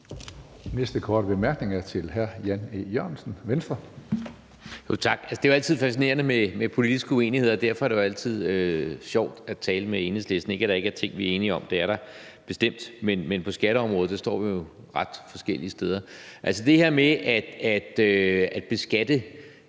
næste korte bemærkning er til hr. Jan E. Jørgensen, Venstre. Kl. 18:10 Jan E. Jørgensen (V): Tak. Det er jo altid fascinerende med politiske uenigheder, og derfor er det jo altid sjovt at tale med Enhedslisten – ikke at der ikke er ting, vi er enige om, for det er der bestemt, men på skatteområdet står vi jo ret forskellige steder. Med hensyn til det her med at beskatte